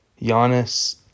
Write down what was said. Giannis